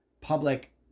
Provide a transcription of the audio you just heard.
public